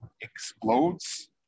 explodes